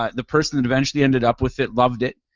ah the person that eventually ended up with it loved it